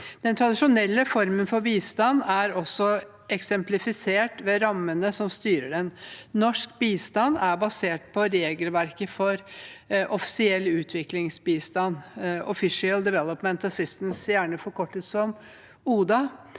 Den tradisjonelle formen for bistand er også eksemplifisert ved rammene som styrer den. Norsk bistand er basert på regelverket for offisiell utviklingsbistand – official development assistance – gjerne forkortet som ODA.